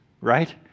right